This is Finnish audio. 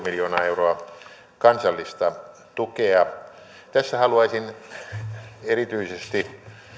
miljoonaa euroa kansallista tukea tässä haluaisin erityisesti